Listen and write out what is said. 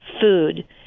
food